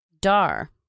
Dar